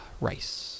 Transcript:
Rice